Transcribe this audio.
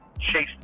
chase